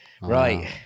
right